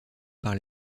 par